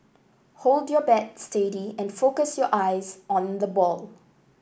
hold your bat steady and focus your eyes on the ball